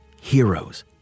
heroes